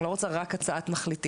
אני לא רוצה רק הצעת מחליטים.